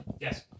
Yes